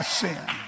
sin